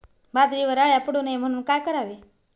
बाजरीवर अळ्या पडू नये म्हणून काय करावे?